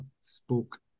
spoke